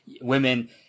women